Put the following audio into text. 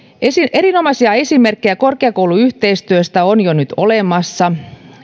erinomaisia esimerkkejä korkeakouluyhteistyöstä on jo nyt olemassa